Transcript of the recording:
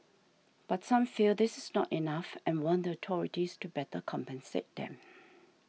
but some feel this is not enough and want the authorities to better compensate them